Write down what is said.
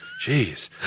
Jeez